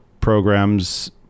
programs